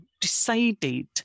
decided